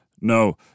No